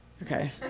Okay